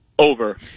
Over